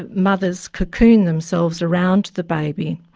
ah mothers cocoon themselves around the baby,